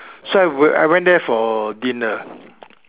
so I went I went there for dinner